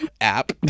app